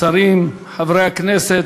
השרים, חברי הכנסת,